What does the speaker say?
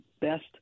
best